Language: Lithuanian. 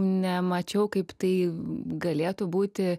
nemačiau kaip tai galėtų būti